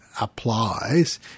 applies